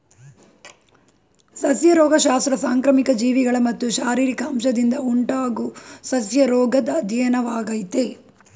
ಸಸ್ಯ ರೋಗಶಾಸ್ತ್ರ ಸಾಂಕ್ರಾಮಿಕ ಜೀವಿಗಳು ಮತ್ತು ಶಾರೀರಿಕ ಅಂಶದಿಂದ ಉಂಟಾಗೊ ಸಸ್ಯರೋಗದ್ ಅಧ್ಯಯನವಾಗಯ್ತೆ